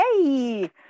Yay